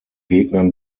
gegnern